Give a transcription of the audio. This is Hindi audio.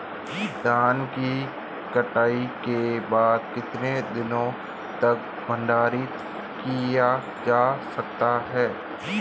धान की कटाई के बाद कितने दिनों तक भंडारित किया जा सकता है?